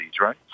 right